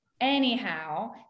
Anyhow